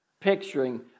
picturing